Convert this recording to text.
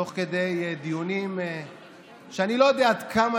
תוך כדי דיונים שאני לא יודע עד כמה